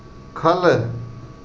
ख'ल्ल